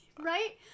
Right